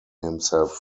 himself